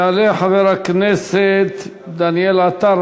יעלה חבר הכנסת דניאל עטר,